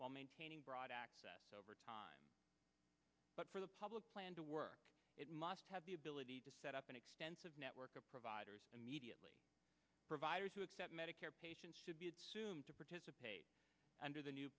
while maintaining broad access over time but for the public plan to work it must have the ability to set up an extensive network of providers and mediately providers who accept medicare patients should be assumed to participate under the new